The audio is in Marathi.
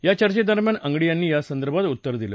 या चर्चेदरम्यान अंगडी यांनी यासंदर्भात उत्तर दिलं